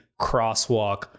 crosswalk